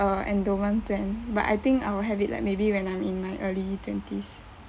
a endowment plan but I think I will have it like maybe when I'm in my early twenties